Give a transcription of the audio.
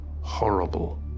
horrible